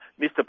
Mr